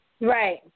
Right